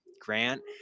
Grant